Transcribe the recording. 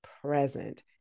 present